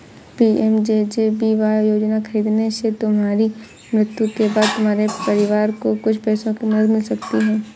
PMJJBY योजना खरीदने से तुम्हारी मृत्यु के बाद तुम्हारे परिवार को कुछ पैसों की मदद मिल सकती है